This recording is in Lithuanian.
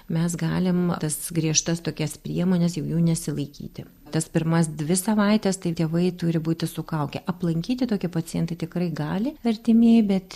mes galim tas griežtas tokias priemones jau jų nesilaikyti tas pirmas dvi savaites tai tėvai turi būti su kauke aplankyti tokį pacientą tikrai gali artimieji bet